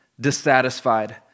dissatisfied